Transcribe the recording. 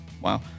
Wow